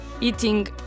Eating